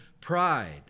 pride